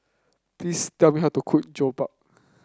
please tell me how to cook Jokbal